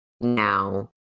now